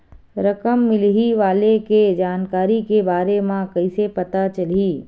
रकम मिलही वाले के जानकारी के बारे मा कइसे पता चलही?